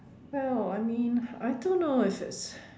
well I mean I don't know if it's